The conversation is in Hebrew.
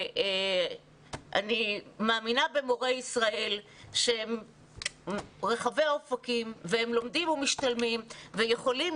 אני מאמינה במורי ישראל שהם רחבי אופקים והם לומדים ומשתלמים ויכולים